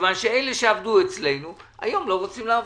מכיוון שאלה שעבדו אצלנו היום לא רוצים לעבוד.